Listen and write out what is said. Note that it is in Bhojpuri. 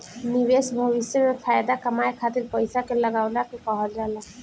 निवेश भविष्य में फाएदा कमाए खातिर पईसा के लगवला के कहल जाला